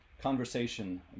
conversation